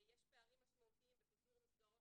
יש פערים משמעותיים בפיזור מסגרות